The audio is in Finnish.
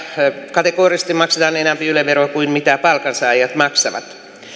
kategorisesti maksetaan enempi yle veroa kuin palkansaajat maksavat